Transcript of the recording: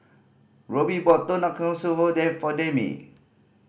Roby bought Tonkatsu for for Demi